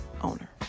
owner